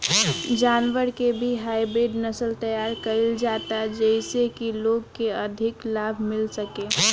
जानवर के भी हाईब्रिड नसल तैयार कईल जाता जेइसे की लोग के अधिका लाभ मिल सके